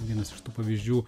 vienas iš tų pavyzdžių